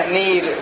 need